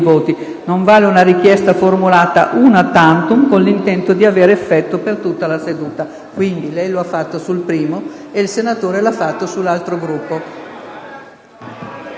voti. Non vale una richiesta formulata una tantum con l’intento di avere effetto per tutta la seduta». Lei l’ha fatto sul primo e il senatore Carraro l’ha fatto sull’altro gruppo.